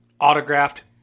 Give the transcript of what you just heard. autographed